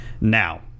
Now